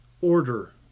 order